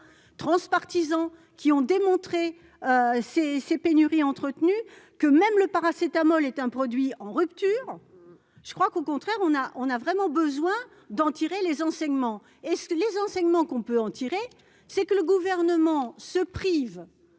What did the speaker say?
transpartisan qui ont démontré ces ces pénuries entretenues que même le paracétamol est un produit en rupture, je crois qu'au contraire on a, on a vraiment besoin d'en tirer les enseignements est-ce que les enseignements qu'on peut en tirer, c'est que le gouvernement se prive